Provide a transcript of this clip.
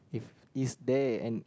if is there an